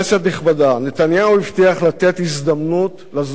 נתניהו הבטיח לתת הזדמנות לזוגות הצעירים.